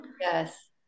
yes